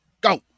go